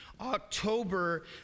October